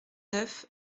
neuf